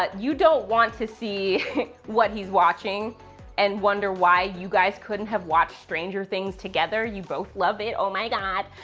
ah you don't want to see what he's watching and wonder why you guys couldn't have watched stranger things together. you both love it. oh my god.